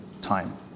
time